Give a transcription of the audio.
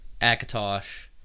Akatosh